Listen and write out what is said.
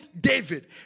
David